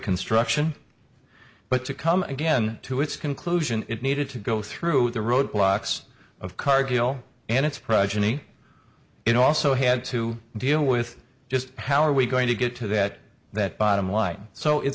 construction but to come again to its conclusion it needed to go through the roadblocks of cargill and its progeny it also had to deal with just how are we going to get to that that bottom line so it